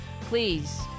please